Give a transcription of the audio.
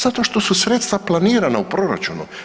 Zato što su sredstva planirana u proračunu.